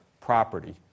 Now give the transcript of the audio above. property